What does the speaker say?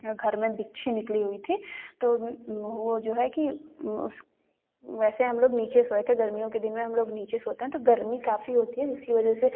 घर में बिच्छू निकला हुआ थी तो वो जो है कि उसक वैसे हम लोग नीचे सोए थे गर्मियों के दिन में हम लोग नीचे सोते हैं गर्मी काफ़ी होती है जिसके वजह से